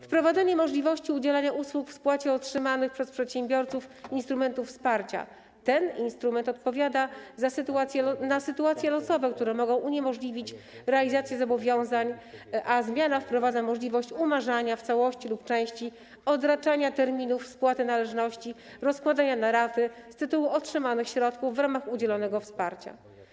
Wprowadzenie możliwości udzielania usług w spłacie otrzymanych przez przedsiębiorców instrumentów wsparcia - ten instrument odpowiada na sytuacje losowe, które mogą uniemożliwić realizację zobowiązań, a zmiana wprowadza możliwość umarzania w całości lub części, odraczania terminów spłaty należności, rozkładania na raty z tytułu otrzymanych środków w ramach udzielonego wsparcia.